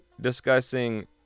discussing